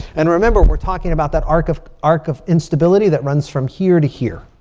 and remember, we're talking about that arc of arc of instability that runs from here to here,